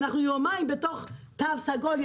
אנחנו יומיים בתוך תו סגול,